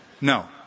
No